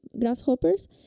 grasshoppers